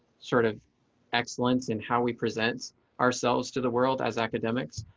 sort of excellence in how we present ourselves to the world as academics.